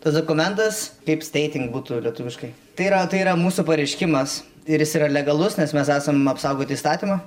tas dokumentas kaip steitink būtų lietuviškai tai yra tai yra mūsų pareiškimas ir jis yra legalus nes mes esam apsaugoti įstatymo